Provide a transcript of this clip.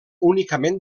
únicament